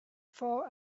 for